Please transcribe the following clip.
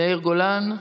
יאיר גולן,